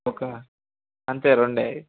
ఒక అంతే రెండే